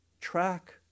track